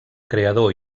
creador